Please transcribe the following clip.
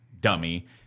dummy